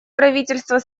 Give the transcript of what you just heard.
правительства